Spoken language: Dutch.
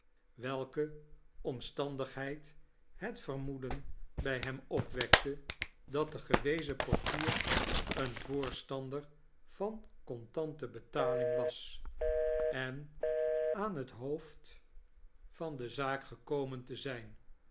welke omstamdtigheid het vermoedeii bij hem opwekte dat de gewezen portder een voorstander van contante betaling was en na aan het hoofd van de zaak gekomein te zijn